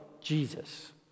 Jesus